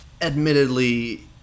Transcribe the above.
Admittedly